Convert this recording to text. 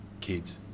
kids